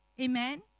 Amen